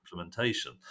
implementation